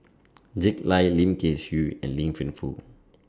Jack Lai Lim Kay Siu and Liang Wenfu